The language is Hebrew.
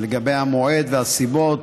לגבי המועד והסיבות,